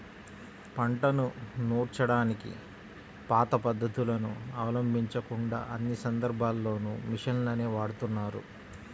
పంటను నూర్చడానికి పాత పద్ధతులను అవలంబించకుండా అన్ని సందర్భాల్లోనూ మిషన్లనే వాడుతున్నారు